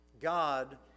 God